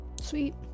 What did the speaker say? Sweet